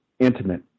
intimate